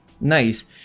Nice